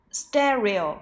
stereo